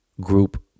group